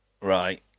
Right